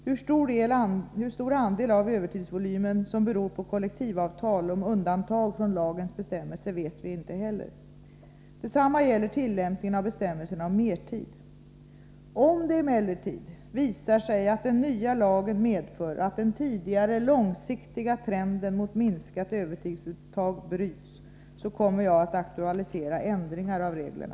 Hur stor andel av övertidsvolymen som beror på kollektivavtal om undantag från lagens bestämmelser vet vi inte heller. Detsamma gäller tillämpningen av bestämmelserna om mertid. Om det emellertid visar sig att den nya lagen medför att den tidigare långsiktiga trenden mot minskat övertidsuttag bryts, kommer jag att aktualisera ändringar av reglerna.